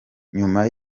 nyuma